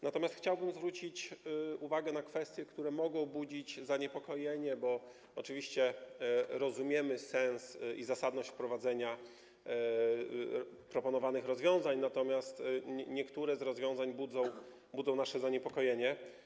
Natomiast chciałbym zwrócić uwagę na kwestie, które mogą budzić zaniepokojenie, bo oczywiście rozumiemy sens i zasadność wprowadzenia proponowanych rozwiązań, natomiast niektóre z rozwiązań budzą nasze zaniepokojenie.